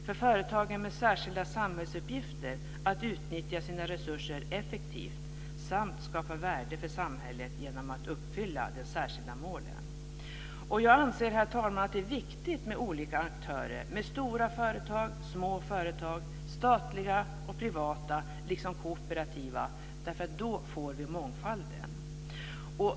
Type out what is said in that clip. För företagen med särskilda samhällsuppgifter gäller det att utnyttja sina resurser effektivt samt att skapa värde för samhället genom att uppfylla de särskilda målen. Jag anser, herr talman, att det är viktigt med olika aktörer: stora företag, små företag, statliga och privata företag, liksom kooperativa företag. Då får vi mångfald.